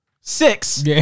six